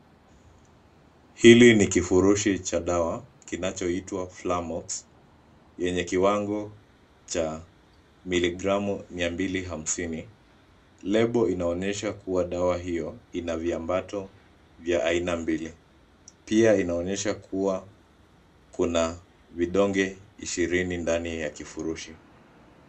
Hili ni kifurushi cha dawa kinachoitiwa [cs ] flamox [cs ] yenye kiwango cha miligramu 250. Lebo inaonyesha kuwa dawa hiyo ina viambato vya aina mbili. Pia inaonyesha kuwa kuna vidonge ishirini ndani ya kifurushi.